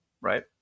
right